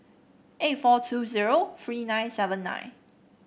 eight four two zero three nine seven nine